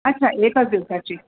अच्छा एकाच दिवसाची